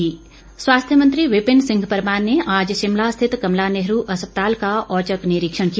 विपिन परमार स्वास्थ्य मंत्री विपिन सिंह परमार ने आज शिमला स्थित कमला नेहरू अस्पताल का औचक निरीक्षण किया